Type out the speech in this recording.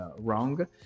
wrong